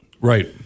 right